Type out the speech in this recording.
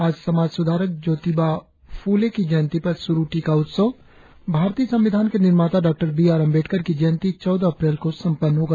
आज समाज सुधारक ज्योतिबा फ्ले की जयंती पर श्रु टीका उत्सव भारतीय संविधान के निर्माता डॉ बी आर अबेंडकर की जंयती चौदह अप्रैल को संपन्न होगा